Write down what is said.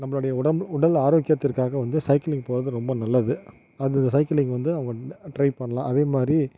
நம்மளுடைய உடம்பு உடல் ஆரோக்கியத்திற்காக வந்து சைக்கிளிங் போறது ரொம்ப நல்லது அது சைக்கிளிங் வந்து அவங்க ட்ரை பண்ணலாம் அதேமாதிரி